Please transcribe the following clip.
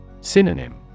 Synonym